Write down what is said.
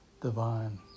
divine